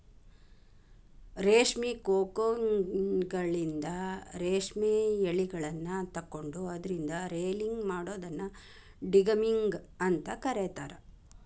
ರೇಷ್ಮಿ ಕೋಕೂನ್ಗಳಿಂದ ರೇಷ್ಮೆ ಯಳಿಗಳನ್ನ ತಕ್ಕೊಂಡು ಅದ್ರಿಂದ ರೇಲಿಂಗ್ ಮಾಡೋದನ್ನ ಡಿಗಮ್ಮಿಂಗ್ ಅಂತ ಕರೇತಾರ